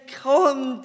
come